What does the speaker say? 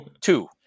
two